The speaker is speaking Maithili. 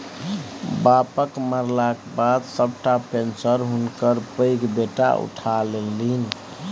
बापक मरलाक बाद सभटा पेशंन हुनकर पैघ बेटा उठा लेलनि